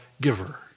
giver